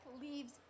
leaves